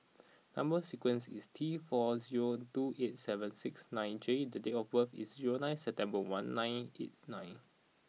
number sequence is T four zero two eight seven six nine J the date of birth is zero nine September one nine eight nine